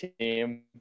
team